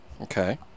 Okay